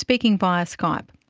speaking via skype.